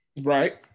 Right